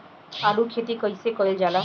आलू की खेती कइसे कइल जाला?